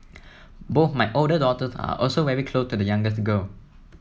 both my older daughters are also very close to the youngest girl